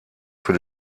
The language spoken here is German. für